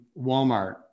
Walmart